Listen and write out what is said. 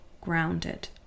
grounded